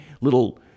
little